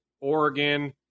Oregon